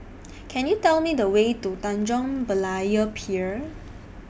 Can YOU Tell Me The Way to Tanjong Berlayer Pier